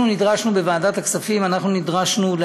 אנחנו נדרשנו,